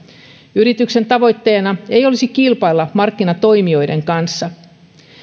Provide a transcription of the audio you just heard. yrityksen tavoitteena ei olisi kilpailla markkinatoimijoiden kanssa